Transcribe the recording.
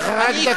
יש לך רק דקה.